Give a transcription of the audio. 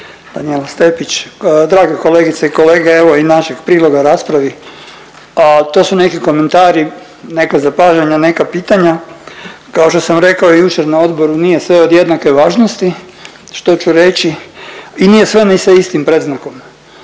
Danijela Stepić, drage kolegice i kolege. Evo i našeg priloga raspravi, to su neki komentari neka zapažanja, neka pitanja. Kao što sam rekao jučer na odboru nije sve od jednake važnosti što ću reći i nije sve ni sa istim predznakom,